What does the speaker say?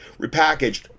repackaged